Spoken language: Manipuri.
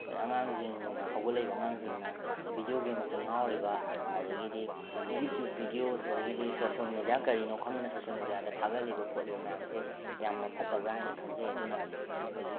ꯑꯩꯈꯣꯏ ꯑꯉꯥꯡꯁꯤꯡꯅ ꯍꯧꯒꯠꯂꯛꯂꯤꯕ ꯑꯉꯥꯡꯁꯤꯡꯅ ꯕꯤꯗꯤꯌꯣ ꯒꯦꯝꯁꯇ ꯉꯥꯎꯔꯤꯕ ꯑꯗꯒꯤꯗꯤ ꯌꯨꯇꯤꯌꯨꯕ ꯕꯤꯗꯤꯌꯣꯁ ꯑꯗꯨꯗꯒꯤꯗꯤ ꯁꯣꯁꯦꯜ ꯃꯦꯗꯤꯌꯥ ꯀꯔꯤꯅꯣ ꯈꯪꯗꯅ ꯁꯣꯁꯦꯜ ꯃꯦꯗꯤꯌꯥꯗ ꯊꯥꯒꯠꯂꯤꯕ ꯈꯣꯠꯂꯤꯕ ꯃꯌꯥꯝꯁꯦ ꯌꯥꯝꯅ ꯐꯠꯇꯕ꯭ꯔ ꯍꯥꯏꯅ ꯈꯟꯖꯩ ꯑꯗꯨꯅ ꯍꯧꯖꯤꯛ